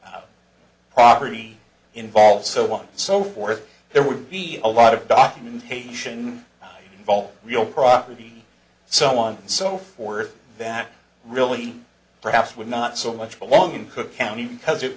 be property involved so one so forth there would be a lot of documentation involved real property so on and so forth that really perhaps would not so much belong in cook county because it